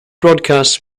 broadcasts